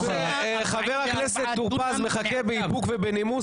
זה שחבר הכנסת טור פז מחכה באיפוק ובנימוס,